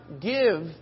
give